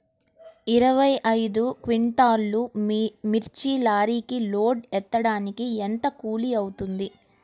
ఇరవై ఐదు క్వింటాల్లు మిర్చి లారీకి లోడ్ ఎత్తడానికి ఎంత కూలి అవుతుంది?